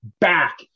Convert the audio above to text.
back